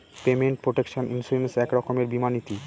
payment protection insurance এক রকমের বীমা নীতি